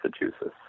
Massachusetts